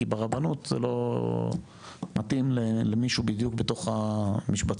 כי ברבנות זה לא מתאים למישהו בדיוק בתוך המשבצות.